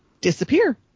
disappear